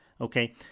Okay